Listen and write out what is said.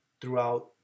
throughout